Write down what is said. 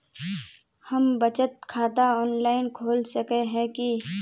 हम बचत खाता ऑनलाइन खोल सके है की?